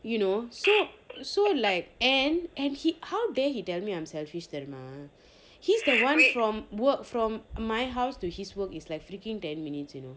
you know so like and and he how did he tell me I'm selfish that he's the one from work from my house to his work is like freaking ten minutes you know